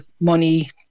money